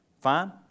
fine